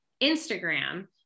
Instagram